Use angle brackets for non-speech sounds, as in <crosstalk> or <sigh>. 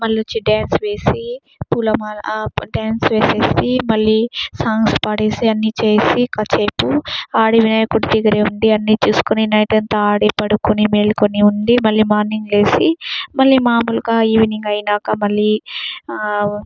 మళ్ళొచ్చి dance వేసి పూల మా మళ్ళీ డ్యాన్స్ వేసేసి మళ్ళీ సాంగ్స్ పాడేసి మళ్ళీ అన్నీ <unintelligible> చూసుకొని నైట్ అంతా ఆడే పడుకొని మేలుకొని ఉండి మళ్ళీ మార్నింగ్ లేచి మళ్ళీ మాములుగా ఈవినింగ్ అయినాక మళ్ళీ